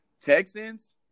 Texans